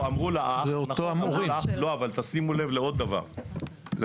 בהנחיות אתיות של המועצה הלאומית לבריאות ומחקר רפואי